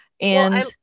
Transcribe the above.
And-